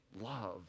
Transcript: love